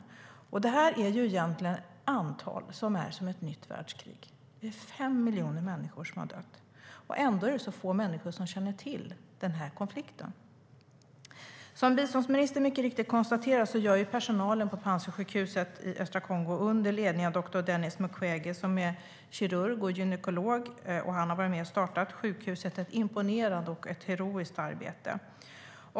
Till antalet är det som ett nytt världskrig. 5 miljoner människor har dött, och ändå känner få människor till denna konflikt. Som biståndsministern mycket riktigt konstaterar gör personalen på Panzisjukhuset i östra Kongo under ledning av doktor Denis Mukwege, som är kirurg och gynekolog och var med och startade sjukhuset, ett imponerande och heroiskt arbete.